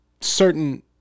certain